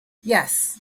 yes